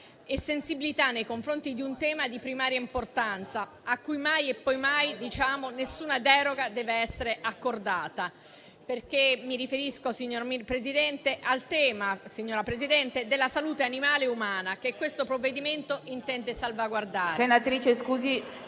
e sensibilità nei confronti di un tema di primaria importanza, a cui mai e poi mai nessuna deroga deve essere accordata. Mi riferisco, signora Presidente, al tema della salute animale e umana, che il provvedimento in discussione intende salvaguardare.